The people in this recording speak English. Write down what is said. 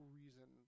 reason